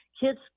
Kids